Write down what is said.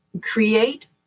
create